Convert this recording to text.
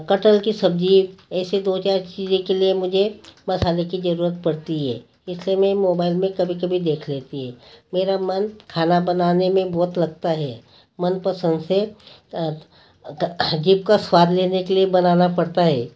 कटहल की सब्ज़ी ऐसी दो चार चीज़ें के लिए मुझे मसाले की ज़रूरत पड़ती है इसलिए मैं मोबाइल में कभी कभी देख लेती हे मेरा मन खाना बनाने में बहुत लगता है मनपसंद से जीभ का स्वाद लेने के लिए बनाना पड़ता है